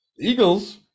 Eagles